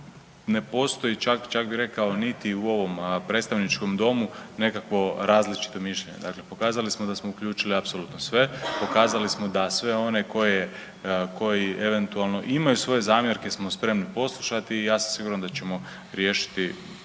ne postoji čak, čak bih rekao niti u ovom predstavničkom Domu nekakvo različito mišljenje, dakle pokazali smo da smo uključili apsolutno sve, pokazali smo da sve one koji eventualno imaju svoje zamjerke smo spremni poslušati i ja sam siguran da ćemo riješiti